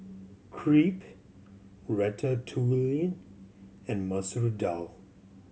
Crepe Ratatouille and Masoor Dal